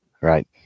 Right